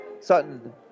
Sutton